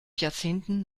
jahrzehnten